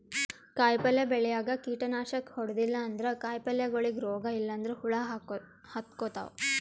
ಕಾಯಿಪಲ್ಯ ಬೆಳ್ಯಾಗ್ ಕೀಟನಾಶಕ್ ಹೊಡದಿಲ್ಲ ಅಂದ್ರ ಕಾಯಿಪಲ್ಯಗೋಳಿಗ್ ರೋಗ್ ಇಲ್ಲಂದ್ರ ಹುಳ ಹತ್ಕೊತಾವ್